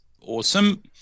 awesome